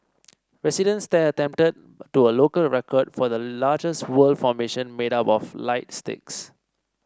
residents there attempted to a local record for the largest word formation made up of light sticks